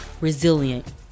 resilient